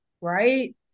right